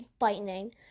Lightning